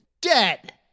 Dead